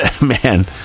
man